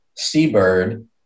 Seabird